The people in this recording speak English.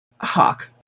Hawk